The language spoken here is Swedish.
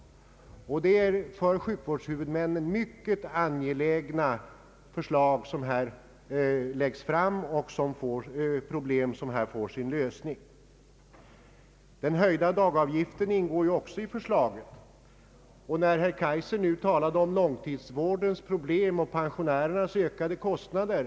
Det är för sjukvårdshuvudmännen mycket viktiga förslag som här läggs fram och angelägna problem som får sin lösning. Den höjda dagavgiften ingår också i förslaget. Herr Kaijser talade om långtidsvårdens problem och pensionärernas ökade kostnader.